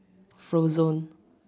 Frozen